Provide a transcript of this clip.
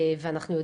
גם לקבל תמונת מצב.